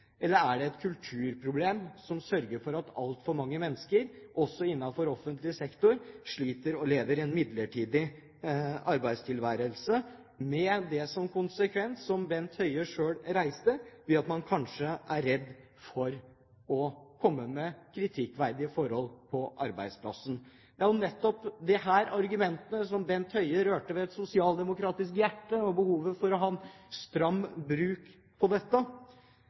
Eller er det et kulturproblem, ved at altfor mange mennesker, også innenfor offentlig sektor, sliter og lever i en midlertidig arbeidstilværelse, med det som konsekvens – som Bent Høie selv var inne på – at man kanskje blir redd for å varsle om kritikkverdige forhold på arbeidsplassen? Det er jo nettopp disse argumentene til Bent Høie, og behovet for å ha en streng bruk av dette, som rørte ved et sosialdemokratisk hjerte.